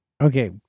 Okay